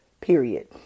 period